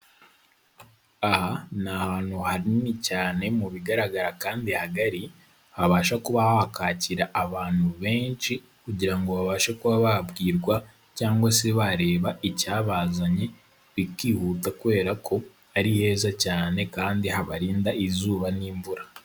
Aha ni ahantu hanini cyane mu bigaragara kandi hagari habasha kuba hakakira abantu benshi kugira ngo babashe kuba babwirwa cyangwa se bareba icyabazanye bikihuta kubera ko ari heza cyane kandi habarinda izuba n'imvura.